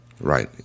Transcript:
Right